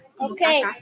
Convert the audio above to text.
Okay